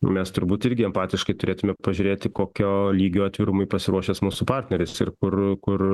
mes turbūt irgi empatiškai turėtume pažiūrėti kokio lygio atvirumui pasiruošęs mūsų partneris ir kur kur